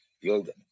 yoga